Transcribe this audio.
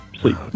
sleep